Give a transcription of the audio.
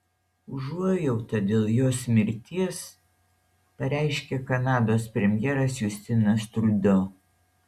užuojautą dėl jos mirties pareiškė kanados premjeras justinas trudeau